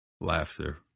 Laughter